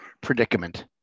predicament